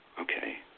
Okay